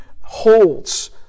holds